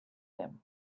them